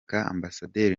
ambasaderi